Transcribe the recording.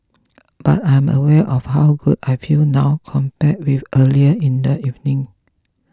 but I am aware of how good I feel now compared with earlier in the evening